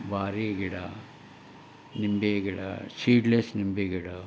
ವಾರಿ ಗಿಡ ನಿಂಬೆ ಗಿಡ ಸೀಡ್ಲೆಸ್ ನಿಂಬೆ ಗಿಡ